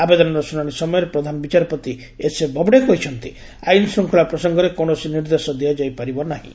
ଆବେଦନର ଶୁଣାଣି ସମୟରେ ପ୍ରଧାନ ବିଚାରପତି ଏସ୍ଏ ବୋବଡେ କହିଛନ୍ତି ଆଇନଶୃଙ୍ଖଳା ପ୍ରସଙ୍ଗରେ କୌଣସି ନିର୍ଦ୍ଦେଶ ଦିଆଯାଇ ପାରିବ ନାହିଁ